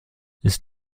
ist